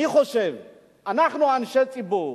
אני חושב שאנחנו, אנשי הציבור,